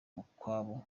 mukwabu